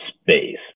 space